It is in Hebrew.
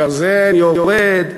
הגרזן יורד.